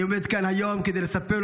אני עומד כאן היום כדי לספר,